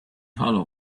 hollow